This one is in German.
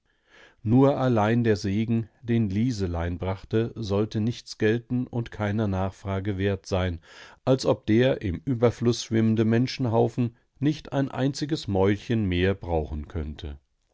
nur allein der segen den liselein brachte sollte nichts gelten und keiner nachfrage wert sein als ob der im überfluß schwimmende menschenhaufen nicht ein einziges mäulchen mehr brauchen könnte